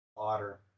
Otter